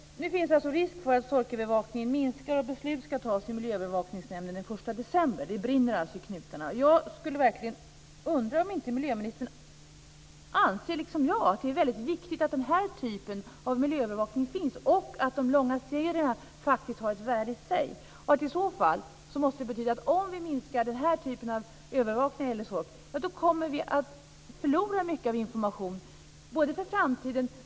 Nu finns alltså risk för att sorkövervakningen minskar. Beslut ska fattas i Miljöövervakningsnämnden den 1 december. Det brinner alltså i knutarna. Jag undrar verkligen om inte miljöministern liksom jag anser att det är väldigt viktigt att den här typen av miljöövervakning finns och att de långa serierna faktiskt har ett värde i sig. I så fall måste det betyda att om vi minskar den här typen av övervakning av sork kommer vi att förlora mycket av informationen för framtiden.